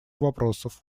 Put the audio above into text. вопросов